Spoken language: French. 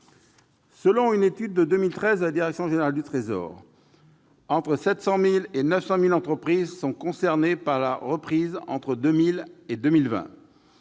Selon une étude de 2013 de la Direction générale du Trésor, entre 700 000 et 900 000 entreprises ont été ou seront concernées par la reprise entre 2000 et 2020.